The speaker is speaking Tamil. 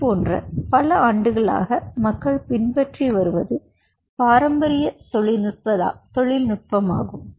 இது போன்ற பல ஆண்டுகளாக மக்கள் பின்பற்றி வருவது பாரம்பரியத்தொழில்நுட்பமாகும்